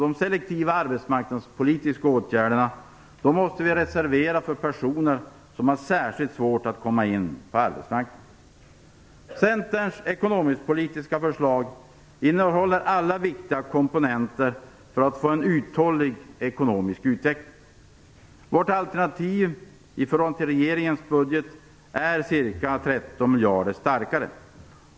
De selektiva arbetmarknadspolitiska åtgärderna måste reserveras för personer som har särskilt svårt att komma in på arbetsmarknaden. Centerns ekonomisk-politiska förslag innehåller alla viktiga komponenter för att få en uthållig ekonomisk utveckling. Vårt alternativ till regeringens budget är ca 13 miljarder starkare.